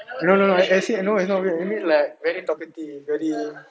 no no no as in no it's not weird as in I mean like very talkative very